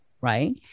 right